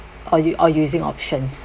or u~ or using options